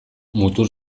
mutur